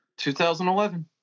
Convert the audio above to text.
2011